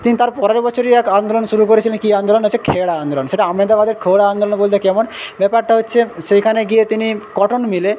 তিনি তার পরের বছরই এক আন্দোলন শুরু করেছিলেন কী আন্দোলন হচ্ছে খেরা আন্দোলন সেটা আমেদাবাদের খেরা আন্দোলন বলতে কেমন ব্যাপারটা হচ্ছে সেইখানে গিয়ে তিনি কটন মিলে